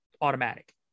automatic